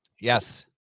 Yes